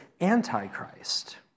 Antichrist